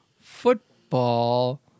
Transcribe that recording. football